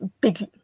big